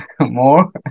more